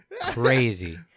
Crazy